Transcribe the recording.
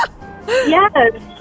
Yes